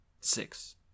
Six